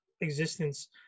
existence